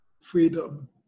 freedom